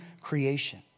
creation